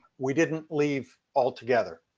we didn't leave all together.